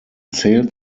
zählt